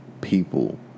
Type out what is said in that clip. people